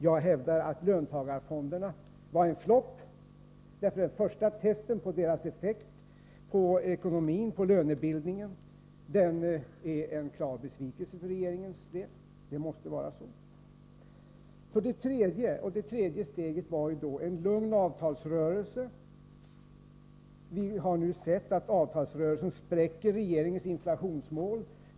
Jag hävdar att löntagarfonderna var en flopp. Den första testen på deras effekt på ekonomin och på lönebildningen måste vara en klar besvikelse för regeringen. Det tredje steget var en lugn avtalsrörelse. Vi har nu sett att avtalsrörelsen spräcker regeringens inflationsmål.